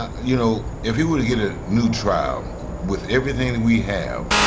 you know, if he were to get a new trial with everything that we have